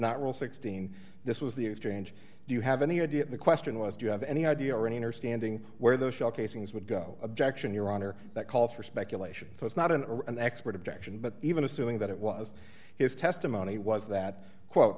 not rule sixteen this was the exchange do you have any idea the question was do you have any idea running or standing where those shell casings would go objection your honor that calls for speculation so it's not an expert objection but even assuming that it was his testimony was that quote